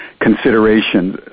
considerations